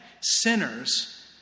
sinners